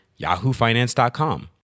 yahoofinance.com